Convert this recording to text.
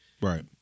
Right